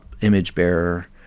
image-bearer